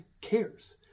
cares